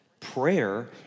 Prayer